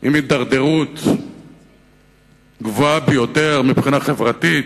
עם הידרדרות גדולה ביותר מבחינה חברתית,